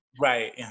Right